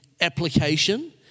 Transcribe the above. application